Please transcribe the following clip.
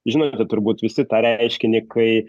žinote turbūt visi tą reiškinį kai